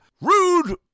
Rude